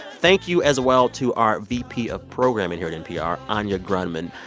thank you as well to our vp of programming here at npr, anya grundmann.